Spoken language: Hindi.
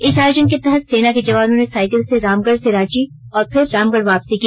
इस आयोजन के तहत सेना के जवानों ने साइकिल से रामगढ से रांची और फिर रामगढ वापसी की